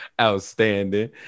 Outstanding